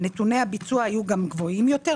נתוני הביצוע היו גם גבוהים יותר,